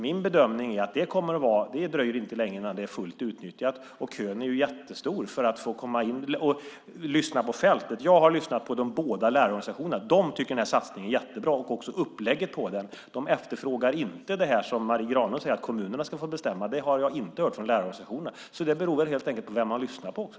Min bedömning är dock att det inte dröjer länge innan det är fullt utnyttjat. Kön är ju jättelång för att få komma in. Och lyssna på fältet! Jag har lyssnat på båda lärarorganisationerna. De tycker att den här satsningen är jättebra, och också upplägget på den. De efterfrågar inte det som Marie Granlund talar om, att kommunerna ska få bestämma. Det har jag inte hört från lärarorganisationerna. Så det beror väl också lite grann på vem man lyssnar på.